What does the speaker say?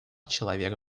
человека